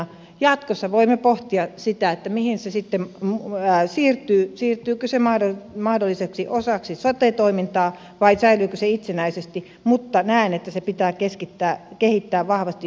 jat kossa voimme pohtia mihin se sitten siirtyy siirtyykö se mahdollisesti osaksi sote toimintaa vai säilyykö se itsenäisenä mutta näen että sitä pitää kehittää vahvasti yhtenäisenä